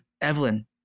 Evelyn